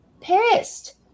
pissed